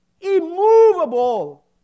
Immovable